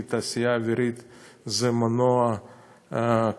כי התעשייה האווירית היא מנוע כלכלי,